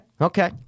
okay